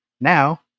now